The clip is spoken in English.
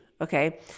okay